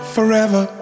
Forever